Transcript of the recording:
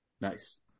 Nice